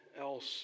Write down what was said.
else